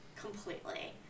Completely